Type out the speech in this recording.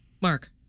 Mark